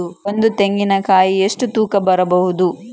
ಒಂದು ತೆಂಗಿನ ಕಾಯಿ ಎಷ್ಟು ತೂಕ ಬರಬಹುದು?